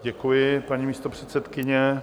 Děkuji, paní místopředsedkyně.